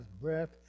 breath